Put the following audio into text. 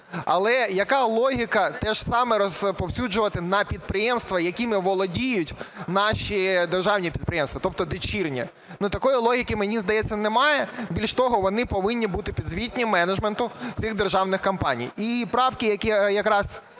Але яка логіка теж саме розповсюджувати на підприємства, якими володіють наші державні підприємства, тобто дочірні? Такої логіки, мені здається, немає. Більше того, вони повинні бути підзвітні менеджменту цих державних компаній. І правки, які якраз,